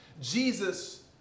Jesus